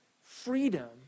freedom